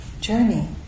journey